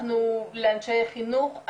לאנשי חינוך,